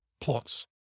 plots